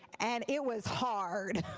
and it was hard.